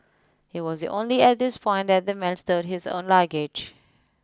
it was only at this fine that the man stowed his own luggage